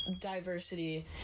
diversity